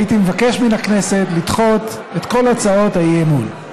הייתי מבקש מן הכנסת לדחות את כל הצעות האי-אמון.